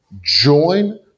join